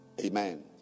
Amen